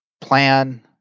plan